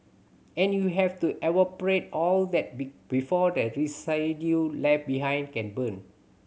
and you have to evaporate all that before the residue left behind can burn